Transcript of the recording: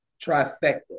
trifecta